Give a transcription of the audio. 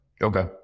Okay